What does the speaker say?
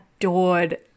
Adored